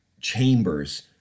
chambers